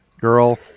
girl